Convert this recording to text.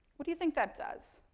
what do you think that does?